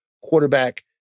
quarterback